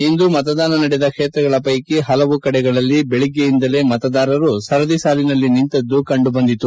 ಇಂದು ಮತದಾನ ನಡೆದ ಕ್ಷೇತ್ರಗಳ ಪೈಕಿ ಹಲವು ಕಡೆಗಳಲ್ಲಿ ಬೆಳಗ್ಗೆಯಿಂದಲೇ ಮತದಾರರು ಸರದಿ ಸಾಲಿನಲ್ಲಿ ನಿಂತಿದ್ದುದು ಕಂಡುಬಂದಿತು